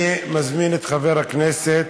אני מזמין את חבר הכנסת